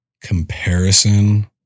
comparison